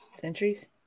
Centuries